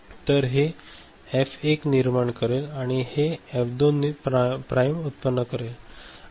तर हे F1 निर्माण करेल आणि हे F2 प्राइम उत्पन्न करेल